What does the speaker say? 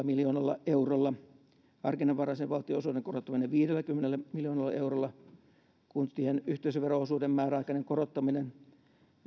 miljoonalla eurolla harkinnanvaraisen valtionosuuden korottaminen viidelläkymmenellä miljoonalla eurolla kuntien yhteisövero osuuden määräaikainen korottaminen